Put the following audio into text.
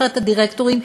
נבחרת הדירקטורים,